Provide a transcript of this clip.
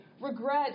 regret